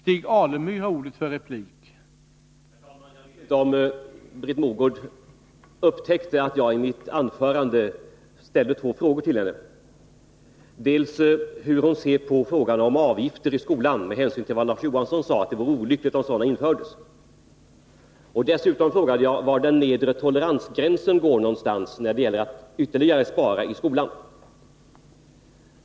Herr talman! Jag vet inte om Britt Mogård upptäckte att jag i mitt anförande ställde två frågor till henne, dels hur hon ser på frågan om avgifter i skolan med hänsyn till vad Larz Johansson sade, nämligen att det vore olyckligt om sådana infördes, dels var den nedre toleransgränsen går när det gäller att ytterligare spara i skolan.